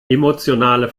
emotionale